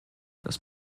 das